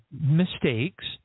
mistakes